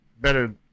better